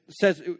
says